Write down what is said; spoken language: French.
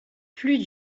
plus